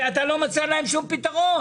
ואתה לא מציע להם שום פתרון.